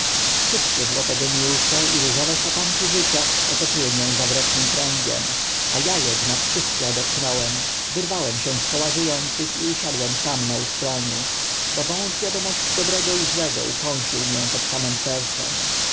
wszystkie złote geniusze i różowe szatanki życia otoczyły mię zawrotnym kręgiem a a ednak wszystkie odepchnąłem wyrwałem się z koła ży ących i usiadłem sam na ustroniu bo wąż wiadomości złego i dobrego ukąsił mię pod samym sercem